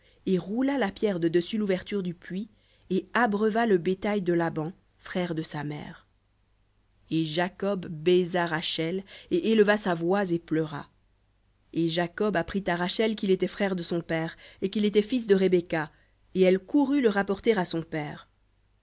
et roula la pierre de dessus l'ouverture du puits et abreuva le bétail de laban frère de sa mère et jacob baisa rachel et éleva sa voix et pleura et jacob apprit à rachel qu'il était frère de son père et qu'il était fils de rebecca et elle courut le rapporter à son père